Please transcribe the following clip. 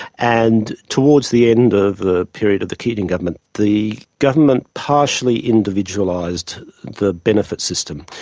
and towards the end of the period of the keating government, the government partially individualised the benefit system.